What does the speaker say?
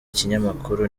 ikinyamakuru